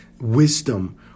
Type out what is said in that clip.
wisdom